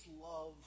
love